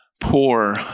poor